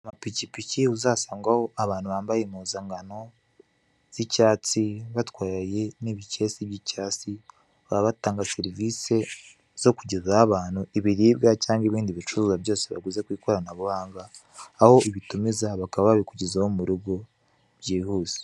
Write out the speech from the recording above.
Amapikipiki uzasangaho abantu bambaye impuzankano z'icyatsi batwaye n'ibikesi by'icyatsi, baba batanga serivisi zo kugezaho abantu ibiribwa cyangwa ibindi bicuruzwa byose baguze ku ikoranabuhanga, aho ubitumiza bakaba babikugezaho mu rugo byihuse.